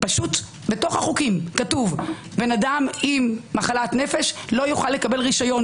בתוך החוקים כתוב: אדם עם מחלת נפש לא יוכל לקבל רשיון